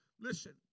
listen